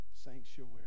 sanctuary